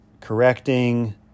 correcting